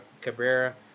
cabrera